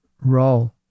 roll